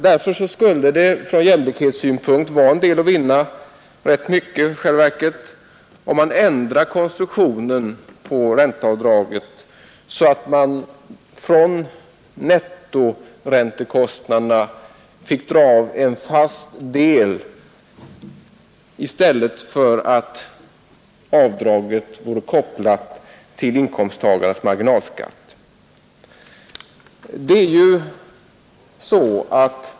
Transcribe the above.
Därför skulle det från jämlikhetssynpunkt vara rätt mycket att vinna om man ändrade konstruktionen på ränteavdraget så att man från nettoräntekostnaderna fick dra av en fast del i stället för att avdraget kopplas till inkomsttagarens marginalskatt.